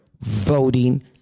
voting